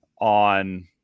on